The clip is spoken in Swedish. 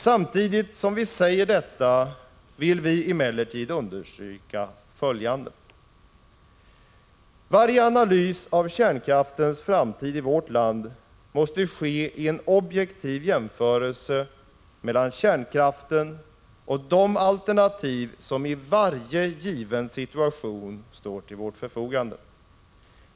Samtidigt som vi säger detta vill vi emellertid understryka följande: Varje analys av kärnkraftens framtid i vårt land måste ske i en objektiv jämförelse mellan kärnkraften och de alternativ som i varje given situation står till vårt förfogande.